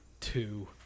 Two